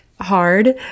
hard